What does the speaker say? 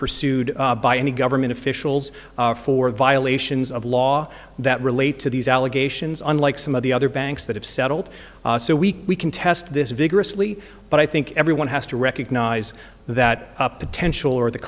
pursued by any government officials for violations of law that relate to these allegations unlike some of the other banks that have settled so weak we can test this vigorously but i think everyone has to recognize that potential or the